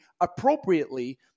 appropriately